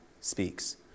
speaks